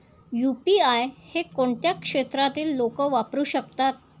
UPI हे कोणत्या क्षेत्रातील लोक वापरू शकतात?